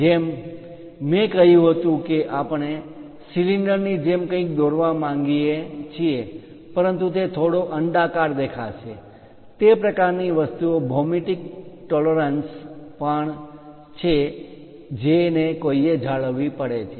જેમ મેં કહ્યું હતું કે આપણે સિલિન્ડરની જેમ કંઈક દોરવા માંગીએ છીએ પરંતુ તે થોડો અંડાકાર દેખાશે તે પ્રકારની વસ્તુઓ ભૌમિતિક ટોલરન્સ પરિમાણ માં માન્ય તફાવત પણ છે જેને કોઈએ જાળવવી પડે છે